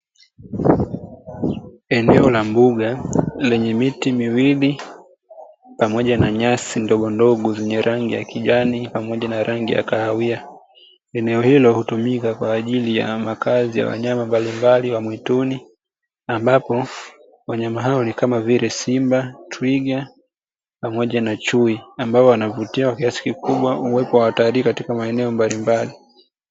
Eneo la mbuga lenye miti miwili pamoja na nyasi ndogondogo zenye rangi ya kijani pamoja na rangi ya kahawia. Eneo hilo hutumika kwa ajili ya makazi ya wanyama mbalimbali wa mwituni ambapo wanyama hao ni kama vile simba, twiga pamoja na chui ambao wanavutia kiasi kikubwa uwepo wa watalii katika maeneo mbalilmbali.